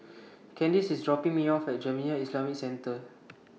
Candice IS dropping Me off At Jamiyah Islamic Centre